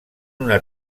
una